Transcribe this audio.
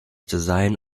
design